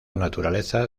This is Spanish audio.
naturaleza